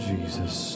Jesus